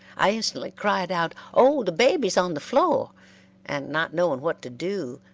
i instantly cried out, oh! the baby is on the floor and, not knowing what to do,